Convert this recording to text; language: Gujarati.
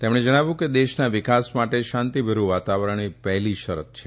તેમણે જણાવ્યું કે દેશના વિકાસ માટે શાંતિ ભર્યું વાતાવરણ એ પહેલી શરત છે